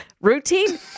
Routine